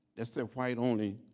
that say white only,